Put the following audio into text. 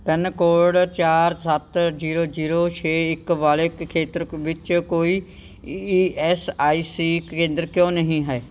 pin code ਚਾਰ ਸੱਤ zero zero ਛੇ ਇੱਕ ਵਾਲੇ ਕ ਖੇਤਰ ਵਿੱਚ ਕੋਈ ਈ ਐਸ ਆਈ ਸੀ ਕੇਂਦਰ ਕਿਉਂ ਨਹੀਂ ਹੈ